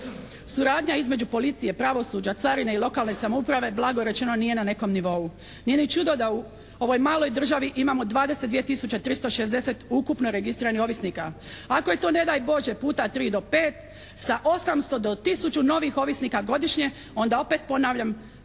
Suradnja između policije, pravosuđa, carine i lokalne samouprave blago rečeno nije na nekom nivou. Nije ni čudo da u ovoj maloj državi imamo 22 tisuće 360 ukupno registriranih ovisnika. Ako je to ne daj Bože puta 3 do 5 sa 800 do tisuću novih ovisnika godišnje onda opet ponavljam